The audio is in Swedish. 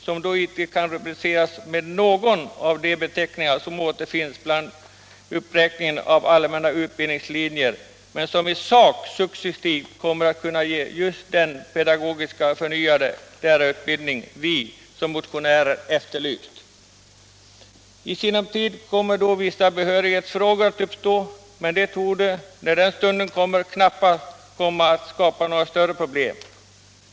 Den linjen kan då inte rubriceras med någon av de beteckningar som återfinns bland uppräkningen av de allmänna utbildningslinjerna, men i sak kommer den successivt att kunna ge just den pedagogiskt förnyade lärarutbildning vi som motionärer efterlyst. I sinom tid kommer då vissa behörighetsfrågor att uppstå, men de torde, när den stunden kommer, knappast skapa några större problem.